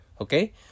okay